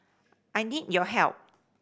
I need your help